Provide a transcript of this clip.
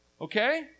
Okay